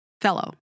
fellow